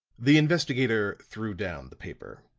the investigator threw down the paper.